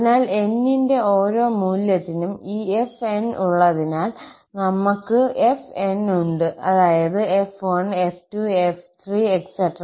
അതിനാൽ n ന്റെ ഓരോ മൂല്യത്തിനും ഈ 𝑓𝑛 ഉള്ളതിനാൽ നമ്മൾ ക്ക് fn ഉണ്ട് അതായത് 𝑓1 𝑓2 𝑓3